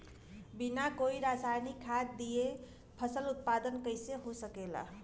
बिना कोई रसायनिक खाद दिए फसल उत्पादन कइसे हो सकेला?